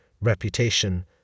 reputation